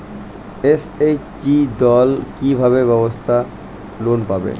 SHG দল কী ভাবে ব্যাবসা লোন পাবে?